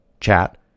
chat